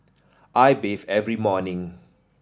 I bathe every morning